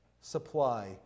supply